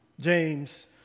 James